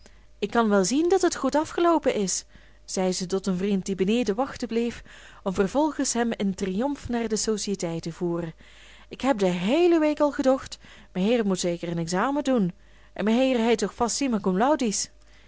ik kan wel zien dat het goed afgeloopen is zei ze tot den vriend die beneden wachten bleef om vervolgens hem in triomf naar de sociëteit te voeren ik heb de heele week al gedocht meheer mot zeker een examen doen en meheer heit toch vast simma